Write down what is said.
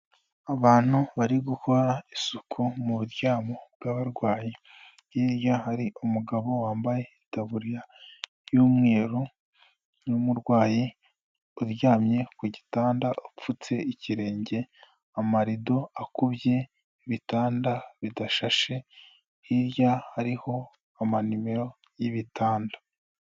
Abantu bari gukora isuku mu buryamo bw'abarwayi, hirya hari umugabo wambaye itaburiya y'umweru, n'umurwayi uryamye ku gitanda, upfutse ikirenge, amarido akubye, ibitanda bidashashe, hirya hariho amanimero y'ibitanda.